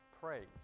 praise